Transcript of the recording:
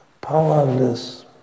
powerless